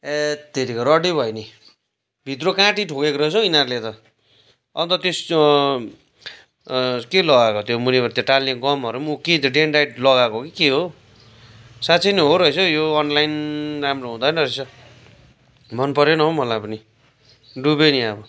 हैत तेरिका रड्डी भयो नि भित्र काँटी ठोकेको रहेछ हौ यिवनीहरूले त अन्त त्यस के लगाएको हो त्यो मुनिबड त्यो टाल्ने गमहरू पनि उक्यो अन्त डेन्ड्राइट लगाएको हो कि के हो साँच्ची नै हो रहेछ हौ यो अनलाइन राम्रो हुँदैन रहेछ मनपरेन हौ मलाई पनि डुबेँ नी अब